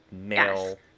male